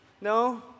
No